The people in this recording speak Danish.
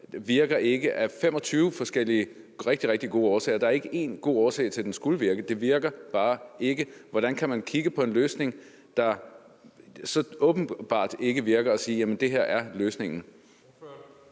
bare ikke af 25 forskellige rigtig, rigtig gode årsager. Der er ikke én god årsag til, at den skulle virke. Det virker bare ikke. Hvordan kan man kigge på en løsning, der så åbenbart ikke virker, og sige, at det her er løsningen?